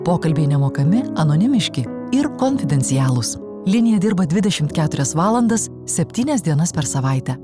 pokalbiai nemokami anonimiški ir konfidencialūs linija dirba dvidešimt keturias valandas septynias dienas per savaitę